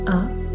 up